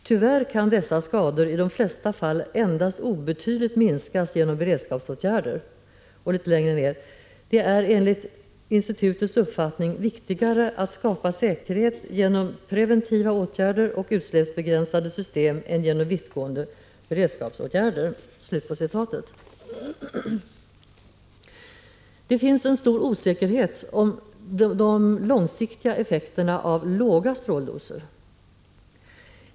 Tyvärr kan dessa skador i de flesta fall endast obetydligt minskas genom beredskapsåtgärder, —— Det är enligt institutets uppfattning viktigare att skapa säkerhet genom preventiva åtgärder och utsläppsbegränsande system än genom vittgående beredskapsinsatser.” Det finns en stor osäkerhet om de långsiktiga effekterna av låga stråldoser.